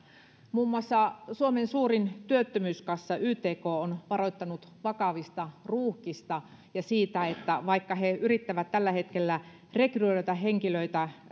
muun muassa suomen suurin työttömyyskassa ytk on varoittanut vakavista ruuhkista ja siitä että vaikka he yrittävät tällä hetkellä rekrytoida henkilöitä